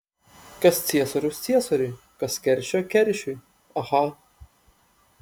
kas ciesoriaus ciesoriui kas keršio keršiui aha